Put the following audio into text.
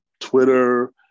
Twitter